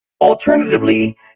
alternatively